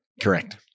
Correct